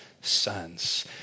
sons